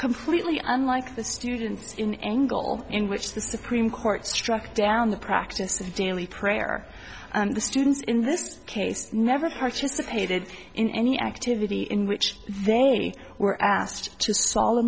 completely unlike the students in angle in which the supreme court struck down the practice of daily prayer the students in this case never participated in any activity in which they were asked to sol